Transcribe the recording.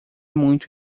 muito